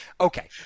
Okay